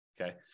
Okay